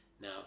now